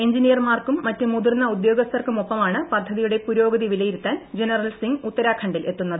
എഞ്ചിനീയർമാർക്കും മുറ്റ് മുതിർന്ന ഉദ്യോഗസ്ഥർക്കുമൊപ്പമാണ് പദ്ധതിയുടെ പുരോഗത്ച് വിലയിരുത്താൻ ജനറൽ സിംഗ് ഉത്തരാഖണ്ഡിൽ എത്തുന്നത്